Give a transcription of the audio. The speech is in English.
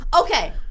Okay